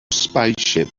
spaceship